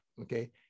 okay